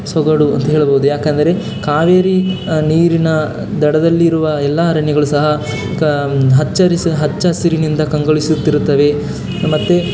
ಸೊಗಡು ಅಂತ ಹೇಳ್ಬೋದು ಯಾಕಂದರೆ ಕಾವೇರಿ ನೀರಿನ ದಡದಲ್ಲಿರುವ ಎಲ್ಲ ಅರಣ್ಯಗಳು ಸಹ ಕ ಹಚ್ಚ ಹರಿಸು ಹಚ್ಚ ಹಸಿರಿನಿಂದ ಕಂಗೊಳಿಸುತ್ತಿರುತ್ತವೆ ಮತ್ತು